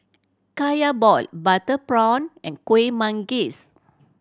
Kaya ball butter prawn and Kueh Manggis